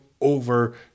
over